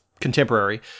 contemporary